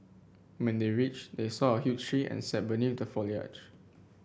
when they reached they saw a huge tree and sat beneath the foliage